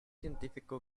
científico